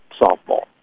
softball